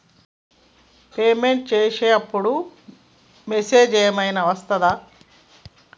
Payment చేసే అప్పుడు message ఏం ఐనా వస్తదా?